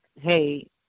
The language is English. hey